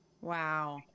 Wow